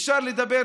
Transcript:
אפשר לדבר,